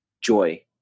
joy